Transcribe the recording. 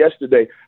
yesterday